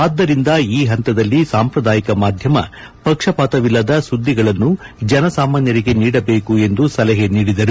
ಆದ್ಲರಿಂದ ಈ ಪಂತದಲ್ಲಿ ಸಾಂಪ್ರದಾಯಿಕ ಮಾಧ್ಯಮ ಪಕ್ಷಪಾತವಿಲ್ಲದ ಸುದ್ದಿಗಳನ್ನು ಜನಸಾಮಾನ್ಯರಿಗೆ ನೀಡಬೇಕು ಎಂದು ಸಲಹೆ ನೀಡಿದರು